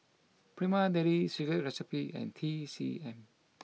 Prima Deli Secret Recipe and T C M